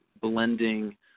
blending